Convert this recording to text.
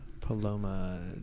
paloma